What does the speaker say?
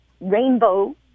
rainbow